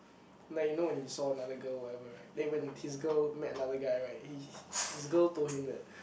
like you know when he saw another girl or whatever right then when his girl met another guy right he he his girl told him that